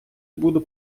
буду